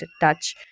touch